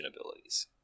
abilities